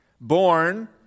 Born